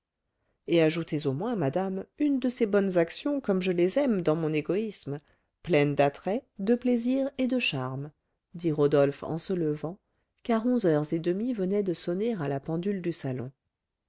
et ajoutez au moins madame une de ces bonnes actions comme je les aime dans mon égoïsme pleines d'attrait de plaisir et de charme dit rodolphe en se levant car onze heures et demie venaient de sonner à la pendule du salon